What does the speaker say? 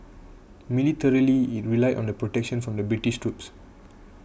militarily it relied on the protection from the British troops